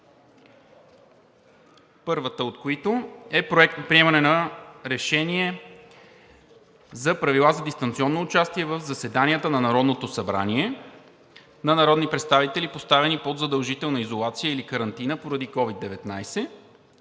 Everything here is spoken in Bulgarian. първата от които е Приемане на Решение за Правила за дистанционно участие в заседанията на Народното събрание на народни представители, поставени под задължителна изолация или карантина поради COVID-19,